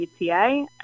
ETA